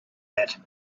that